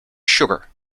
sugar